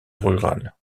rural